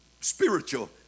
spiritual